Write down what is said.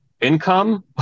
income